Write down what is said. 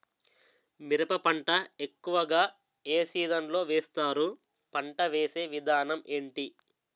మిరప పంట ఎక్కువుగా ఏ సీజన్ లో వేస్తారు? పంట వేసే విధానం ఎంటి?